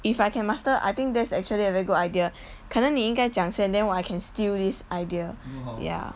if I can master I think that's actually a very good idea 可能你应该讲先 then 我 I can steal this idea ya